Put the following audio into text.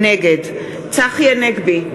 נגד צחי הנגבי,